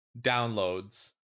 downloads